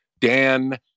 Dan